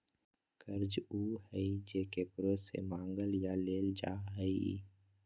कर्ज उ हइ जे केकरो से मांगल या लेल जा हइ